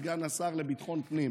סגן השר לביטחון פנים,